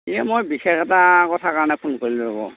এই মই বিশেষ এটা কথাৰ কাৰণে ফোন কৰিলোঁ ৰ'ব